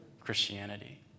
Christianity